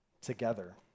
together